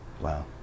Wow